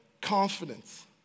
confidence